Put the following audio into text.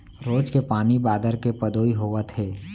रोज के पानी बादर के पदोई होवत हे